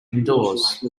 indoors